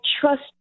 trust